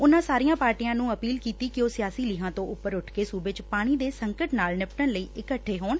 ਉਨ੍ਨਾ ਸਾਰੀਆ ਪਾਰਟੀਆ ਨ੍ਰੰ ਅਪੀਲ ਕੀਤੀ ਕਿ ਉਹ ਸਿਆਸੀ ਲੀਹਾਂ ਤੋਂ ਉਪਰ ਉੱਠ ਕੇ ਸੁਬੇ ਚ ਪਾਣੀ ਦੇ ਸੰਕਟ ਨਾਲ ਨਿਪਟਣ ਲਈ ਇਕੱਠੇ ਹੋਣ